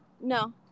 No